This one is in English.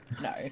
No